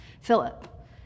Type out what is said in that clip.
Philip